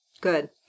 Good